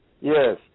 Yes